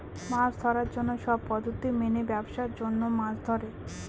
মাছ ধরার জন্য সব পদ্ধতি মেনে ব্যাবসার জন্য মাছ ধরে